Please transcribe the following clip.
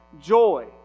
joy